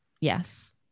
Yes